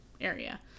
area